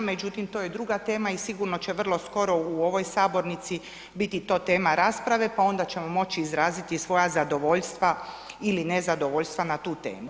Međutim to je druga tema i sigurno će vrlo skoro u ovoj sabornici biti to tema rasprave, pa onda ćemo moći izraziti svoja zadovoljstva ili nezadovoljstva na tu temu.